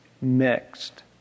mixed